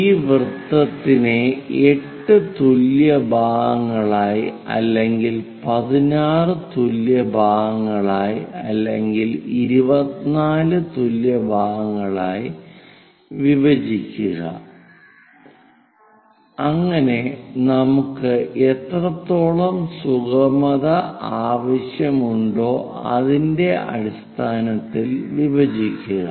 ഈ വൃത്തത്തിനെ 8 തുല്യ ഭാഗങ്ങളായി അല്ലെങ്കിൽ 16 തുല്യ ഭാഗങ്ങളായി അല്ലെങ്കിൽ 24 തുല്യ ഭാഗങ്ങളായി വിഭജിക്കുക അങ്ങനെ നമുക്ക് എത്രത്തോളം സുഗമത ആവശ്യം ഉണ്ടോ അതിന്റെ അടിസ്ഥാനത്തിൽ വിഭജിക്കുക